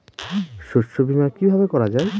শস্য বীমা কিভাবে করা যায়?